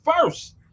first